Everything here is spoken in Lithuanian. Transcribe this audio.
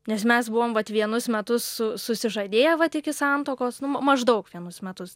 nes mes buvom vat vienus metus su susižadėję vat iki santuokos maždaug vienus metus